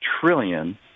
trillion